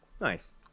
Nice